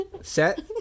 Set